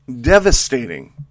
devastating